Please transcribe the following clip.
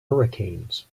hurricanes